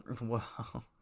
Wow